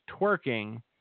twerking